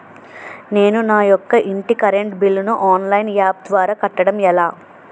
నేను నా యెక్క ఇంటి కరెంట్ బిల్ ను ఆన్లైన్ యాప్ ద్వారా కట్టడం ఎలా?